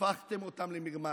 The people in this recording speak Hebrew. הפכתם אותם למרמס.